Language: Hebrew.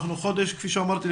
כפי שאמרתי,